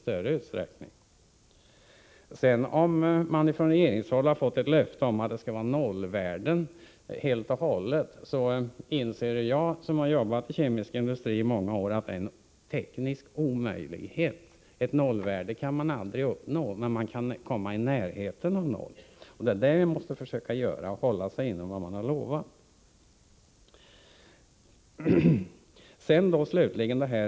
Om man sedan från regeringshåll har fått ett löfte om nollvärden inser jag, som har jobbat inom kemisk industri i många år, att det är en teknisk omöjlighet. Ett nollvärde kan man aldrig uppnå. Men man kan komma i närheten av noll. Det är det vi måste försöka göra och hålla oss inom de ramar som utlovats.